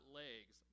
legs